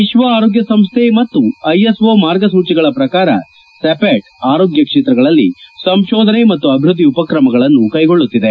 ವಿಶ್ವ ಆರೋಗ್ಯ ಸಂಸ್ಥೆ ಮತ್ತು ಐಎಸ್ಒ ಮಾರ್ಗಸೂಚಿಗಳ ಪ್ರಕಾರ ಸೆಪೆಟ್ ಆರೋಗ್ಯ ಕ್ಷೇತ್ರಗಳಲ್ಲಿ ಸಂಶೋಧನೆ ಮತ್ತು ಅಭಿವೃದ್ದಿ ಉಪಕ್ರಮಗಳನ್ನು ಕ್ಷೆಗೊಳ್ನುತ್ತಿದೆ